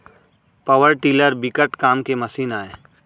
power tiller बिकट काम के मसीन आय